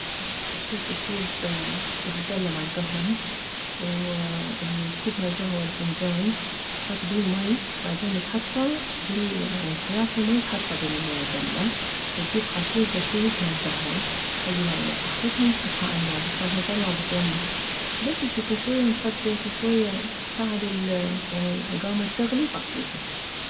شوف تجيب الدلة مالكهوة والكوب مالكهوة الفنجان تحط بيه ماي وبعدين تحطه بال يعني قياس الماي تحطه بالدلة وتجيب خاشوكة كوب مالكهوة تخليها وياهاتخلطهم تحطها عالنار بس لازم تظل واكف يمه بس تشوف شوية نطت زيت شوية صعد ال بعد كامت تغلي طفيها